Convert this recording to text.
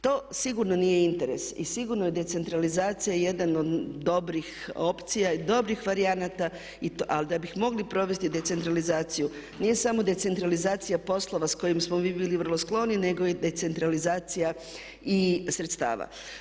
To sigurno nije interes i sigurno je decentralizacija jedan od dobrih opcija, dobrih varijanata ali da bi mogli provesti decentralizaciju, nije samo decentralizacija poslova s kojim smo mi bili vrlo skloni nego i decentralizacija sredstava.